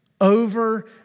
over